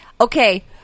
okay